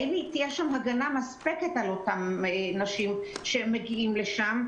האם תהיה שם הגנה מספקת על אותן נשים שמגיעות לשם?